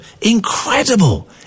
Incredible